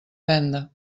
venda